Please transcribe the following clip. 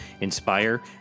inspire